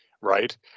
right